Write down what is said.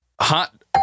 Hot